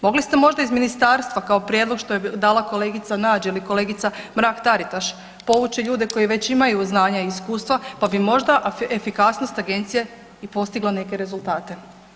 Mogli ste možda iz ministarstva kao prijedlog što je dala kolegica Nađ ili kolegica Mrak Taritaš povući ljudi koji već imaju znanja i iskustva pa bi možda efikasnost agencije i postigla neke rezultate.